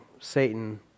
Satan